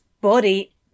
body